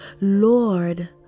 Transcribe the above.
Lord